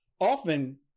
often